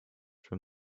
from